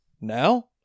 now